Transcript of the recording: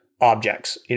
objects